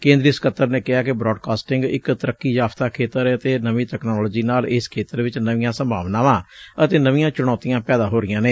ਕੇਂਦਰੀ ਸਕੱਤਰ ਨੇ ਕਿਹਾ ਕਿ ਬਰਾਡਕਾਸਟਿੰਗ ਇਕ ਤਰੱਕੀ ਯਾਫ਼ਤਾ ਖੇਤਰ ਏ ਅਤੇ ਨਵੀਂ ਤਕਨਾਲੋਜੀ ਨਾਲ ਇਸ ਖੇਤਰ ਵਿਚ ਨਵੀਆਂ ਸੰਭਾਵਨਾਵਾਂ ਅਤੇ ਨਵੀਆਂ ਚੂਣੌਤੀਆਂ ਪੈਦਾ ਹੋ ਰਹੀਆਂ ਨੇ